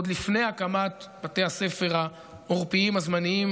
עוד לפני הקמת בתי הספר העורפיים הזמניים